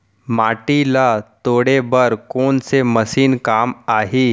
माटी ल तोड़े बर कोन से मशीन काम आही?